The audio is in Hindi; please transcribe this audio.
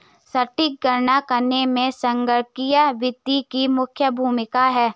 सटीक गणना करने में संगणकीय वित्त की मुख्य भूमिका है